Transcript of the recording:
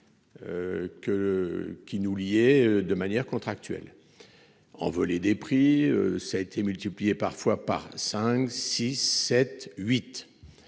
qui nous lier de manière contractuelle. Envolée des prix. Ça a été multiplié parfois par 5 6 7 8.